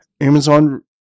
Amazon